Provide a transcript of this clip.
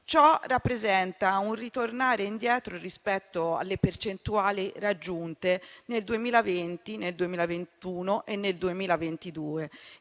Ciò rappresenta un ritorno indietro rispetto alle percentuali raggiunte nel 2020, nel 2021 e nel 2022,